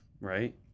right